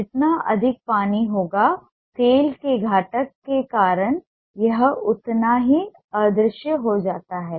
जितना अधिक पानी होता है तेल के घटक के कारण यह उतना ही अदृश्य हो जाता है